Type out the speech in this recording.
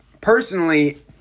Personally